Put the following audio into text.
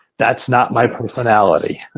that's not my personality,